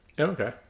Okay